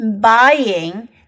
buying